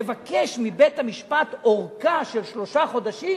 נבקש מבית-המשפט ארכה של שלושה חודשים